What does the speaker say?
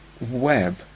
web